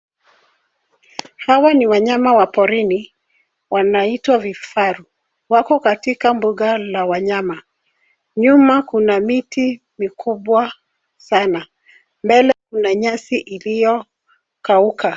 Hawa ni wanyama wa porini, wanaitwa vifaru wako katika mbuga la wanyama nyuma kuna miti mikubwa sana mbele kuna nyasi iliokauka.